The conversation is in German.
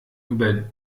über